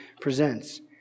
presents